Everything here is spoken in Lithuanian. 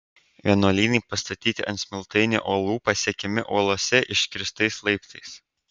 vienuolynai pastatyti ant smiltainio uolų pasiekiami uolose iškirstais laiptais